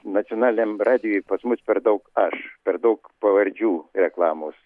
nacionaliniam radijuj pas mus per dau aš per daug pavardžių reklamos